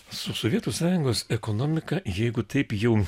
su sovietų sąjungos ekonomika jeigu taip jau